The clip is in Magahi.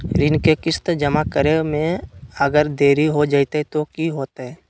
ऋण के किस्त जमा करे में अगर देरी हो जैतै तो कि होतैय?